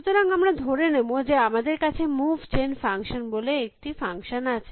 সুতরাং আমরা ধরে নেব যে আমাদের কাছে মুভ জেন ক্রিয়া বলে একটি ক্রিয়া আছে